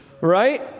right